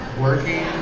working